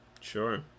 Sure